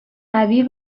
قوی